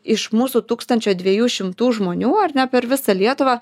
iš mūsų tūkstančio dviejų šimtų žmonių ar ne per visą lietuvą